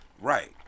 Right